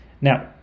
Now